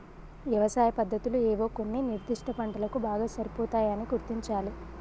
యవసాయ పద్దతులు ఏవో కొన్ని నిర్ధిష్ట పంటలకు బాగా సరిపోతాయని గుర్తించాలి